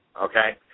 okay